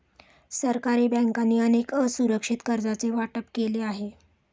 सरकारी बँकांनी अनेक असुरक्षित कर्जांचे वाटप केले आहे